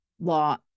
law